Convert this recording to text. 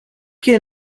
que